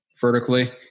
vertically